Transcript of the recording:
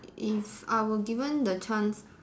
if I were given the chance